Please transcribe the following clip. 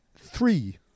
Three